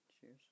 Cheers